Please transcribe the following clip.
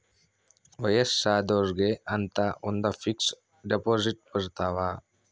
ವಯಸ್ಸಾದೊರ್ಗೆ ಅಂತ ಒಂದ ಫಿಕ್ಸ್ ದೆಪೊಸಿಟ್ ಬರತವ